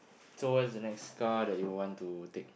so what's the next car that you would want to take